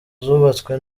zubatswe